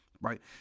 right